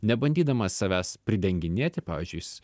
nebandydamas savęs pridenginėti pavyzdžiui jis